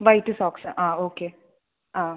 white socks ah okay ആ